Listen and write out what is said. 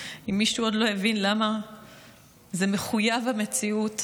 אם מישהו עוד לא הבין למה זה מחויב המציאות,